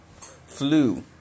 flu